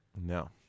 No